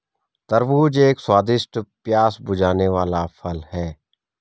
तरबूज एक स्वादिष्ट, प्यास बुझाने वाला फल है